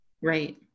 Right